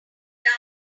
here